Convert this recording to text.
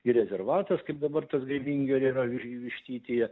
ir rezervatas kaip dabar tas grybingirio yra vi vištytyje